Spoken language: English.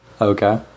Okay